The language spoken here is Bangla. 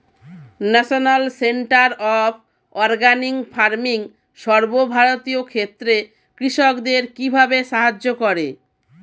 National centre of organic farming সর্বভারতীয় ক্ষেত্রে কৃষকদের কিভাবে সাহায্য করে?